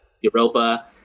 Europa